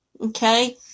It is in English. Okay